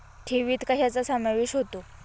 ठेवीत कशाचा समावेश होतो?